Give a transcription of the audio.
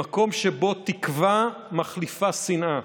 למקום שבו תקווה מחליפה שנאה,